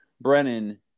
Brennan